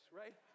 right